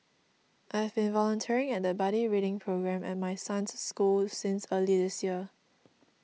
I've been volunteering at the buddy reading programme at my son's school since early this year